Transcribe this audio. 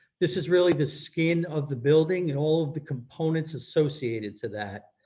this is really the skin of the building and all of the components associated to that.